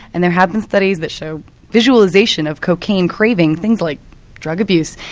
and there have been studies that show visualisation of cocaine craving, things like drug abuse.